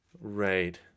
Right